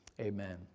Amen